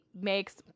makes